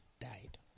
died